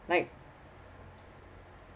like